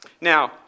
Now